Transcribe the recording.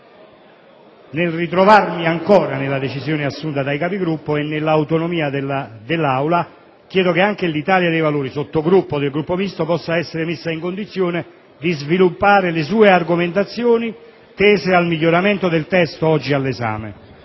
Pur trovandomi d'accordo con la decisione assunta dai Capigruppo e nell'autonomia dell'Aula, chiedo dunque che anche l'Italia dei Valori, sottogruppo del Gruppo Misto, possa essere messa in condizione di sviluppare le sue argomentazioni tese al miglioramento del testo oggi al nostro